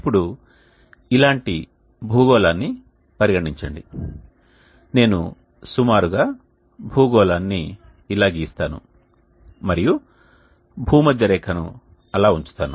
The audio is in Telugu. ఇప్పుడు ఇలాంటి భూగోళాన్ని పరిగణించండి నేను సుమారుగా భూగోళాన్ని ఇలా గీస్తాను మరియు భూమధ్యరేఖను అలా ఉంచుతాను